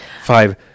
five